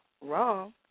wrong